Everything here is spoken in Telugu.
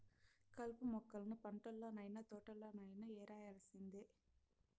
కలుపు మొక్కలను పంటల్లనైన, తోటల్లోనైన యేరేయాల్సిందే